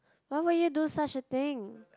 why would you do such a thing